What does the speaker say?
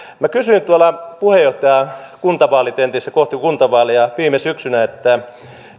kysyin tuolla puheenjohtajien kuntavaalitentissä kohti kuntavaaleja viime syksynä